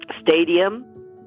stadium